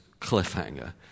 cliffhanger